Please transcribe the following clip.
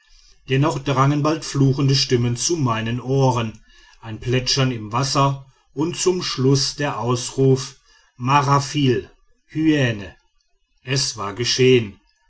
dennoch drangen bald fluchende stimmen zu meinen ohren ein plätschern im wasser und zum schluß der ausruf marafil hyäne es war geschehen